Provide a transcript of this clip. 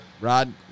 Rod